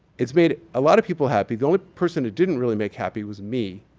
it's made a lot of people happy. the only person it didn't really make happy was me,